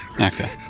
Okay